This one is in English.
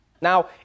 Now